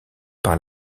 par